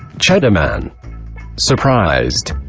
cheddar man surprised?